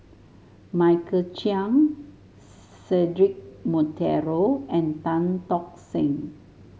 Michael Chiang Cedric Monteiro and Tan Tock Seng